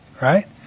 right